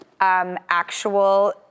actual